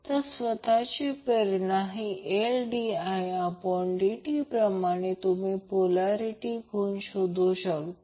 तर स्वतहाची प्रेरणा Ldidt प्रमाणे तुम्ही पोल्यारीटी गुण शोधू शकता